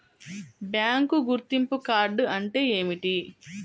Bank గుర్తింపు card అంటే ఏమిటి?